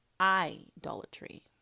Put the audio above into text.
idolatry